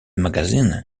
magazine